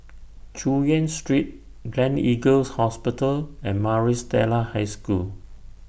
Chu Yen Street Gleneagles Hospital and Maris Stella High School